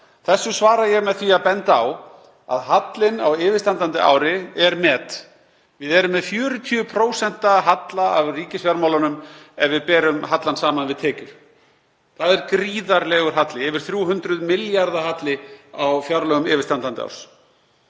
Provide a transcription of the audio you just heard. Þessu svara ég með því að benda á að hallinn á yfirstandandi ári er met. Við erum með 40% halla af ríkisfjármálunum ef við berum hallann saman við tekjur. Það er gríðarlegur halli, yfir 300 milljarða halli á fjárlögum yfirstandandi árs.